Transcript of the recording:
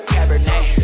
Cabernet